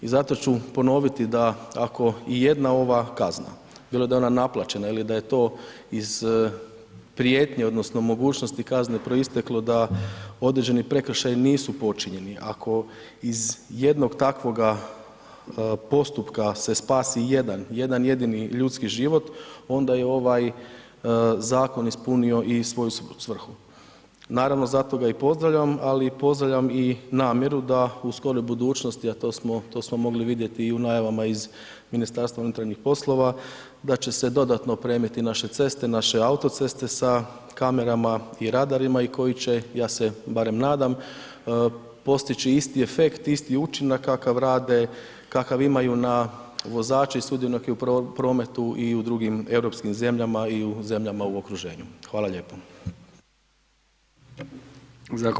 I zato ću ponoviti da ako i jedna ova kazna, bilo da je ona naplaćena ili da je to iz prijetnji odnosno mogućnosti kazne proisteklo da određeni prekršaji nisu počinjeni, ako iz jednog takvoga postupka se spasi ijedan, jedan jedini ljudski život onda je ovaj zakon ispunio i svoju svrhu, naravno zato ga i pozdravljam, ali i pozdravljam i namjeru da u skoroj budućnosti, a to smo mogli vidjeti i u najavama iz MUP-a da će se dodatno opremiti naše ceste, naše auto ceste sa kamerama i radarima i koji će, ja se barem nadam, postići isti efekt, isti učinak kakav imaju vozači i sudionici u prometu i u drugim europskim zemljama i u zemljama u okruženju, hvala lijepo.